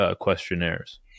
questionnaires